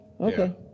okay